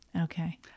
Okay